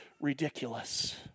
ridiculous